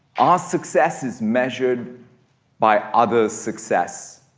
ah success is measured by others success.